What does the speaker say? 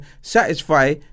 satisfy